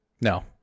No